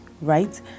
right